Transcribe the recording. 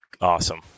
awesome